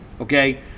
okay